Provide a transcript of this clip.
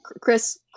Chris